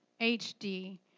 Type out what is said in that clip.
HD